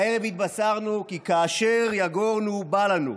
הערב התבשרנו כי כאשר יגורנו בא לנו: